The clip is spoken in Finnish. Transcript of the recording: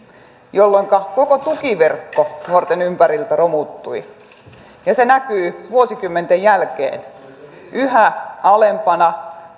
jolloinka koko tukiverkko nuorten ympäriltä romuttui ja se näkyy vuosikymmenten jälkeen yhä alempana